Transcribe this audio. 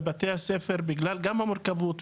בעקבות המורכבות,